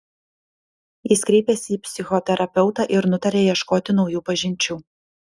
jis kreipėsi į psichoterapeutą ir nutarė ieškoti naujų pažinčių